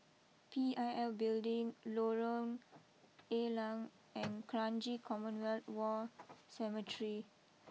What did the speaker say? P I L Building Lorong ALeng and Kranji Commonwealth War Cemetery